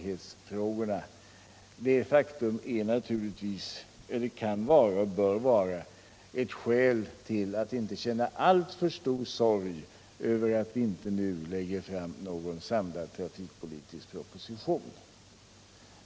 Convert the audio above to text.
Men detta faktum är givetvis — eller bör vara — ett skäl för att inte känna alltför stark sorg över att vi inte nu lägger fram någon samlad trafikpolitikproposition.